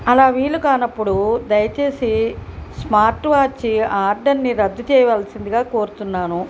అలా వీలుకానప్పుడు దయచేసి స్మార్ట్ వాచి ఆర్డర్ని రద్దు చేయవలసిందిగా కోరుచున్నాను